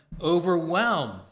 overwhelmed